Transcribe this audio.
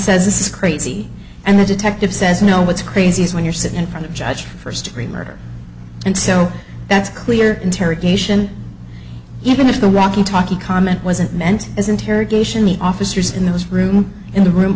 says this is crazy and the detective says no what's crazy is when you're sitting in front of judge first degree murder and so that's clear interrogation even if the walkie talkie comment wasn't meant as interrogation the officers in this room in the room